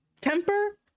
temper